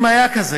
אם היה כזה.